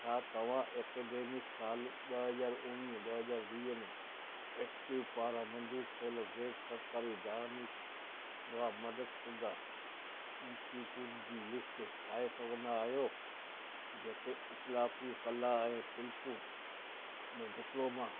छा तव्हां ऐकडेमिक साल ॿ हज़ार उणिवीह ॿ हज़ार वीह में एक्टिव पारां मंज़ूरु थियल गै़रु सरकारी दानिशगाह मददशुदा इन्स्टिट्यूट जी लिस्ट ठाहे सघंदा आहियो जेके इतलाक़ी कला ऐं शिल्प में डिप्लोमा